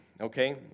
okay